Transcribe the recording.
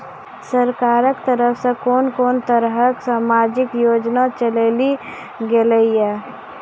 सरकारक तरफ सॅ कून कून तरहक समाजिक योजना चलेली गेलै ये?